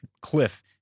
cliff